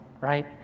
right